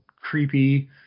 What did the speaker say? creepy